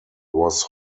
was